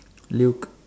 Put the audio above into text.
Luke